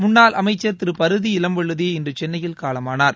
முன்னாள் அமைச்சர் திரு பரிதி இளம்வழுதி இன்று சென்னையில் காலமானார்